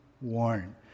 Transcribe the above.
warned